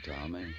Tommy